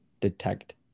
detect